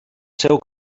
seu